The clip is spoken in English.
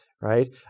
right